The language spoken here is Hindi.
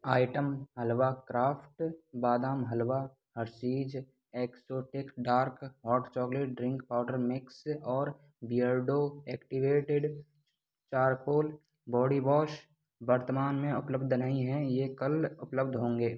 आइटम हलवा क्राफ़्ट बादाम halwa Hershey's exotic dark hot chocolate drink powder mix और Beardo activated charcoal body wash वर्तमान में उपलब्ध नहीं हैं ये कल उपलब्ध होंगे